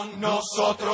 Nosotros